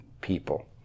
people